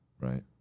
right